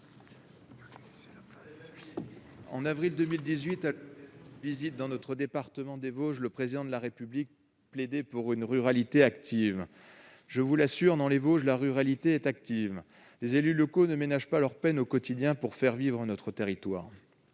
à l'occasion d'une visite dans notre département des Vosges, le Président de la République plaidait pour une « ruralité active ». Je vous l'assure, dans les Vosges, la ruralité est active ! Les élus locaux ne ménagent pas leur peine au quotidien pour faire vivre notre territoire.